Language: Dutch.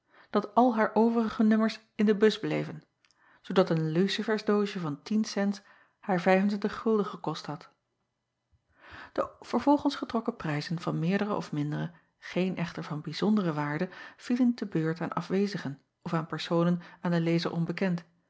dat al haar overige nummers in de bus bleven zoodat een lucifersdoosje van tien cents haar gekost had e vervolgens getrokken prijzen van meerdere of mindere geen echter van bijzondere waarde vielen te beurt aan afwezigen of aan personen aan den lezer onbekend